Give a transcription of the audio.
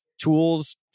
tools